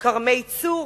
כרמל-צור,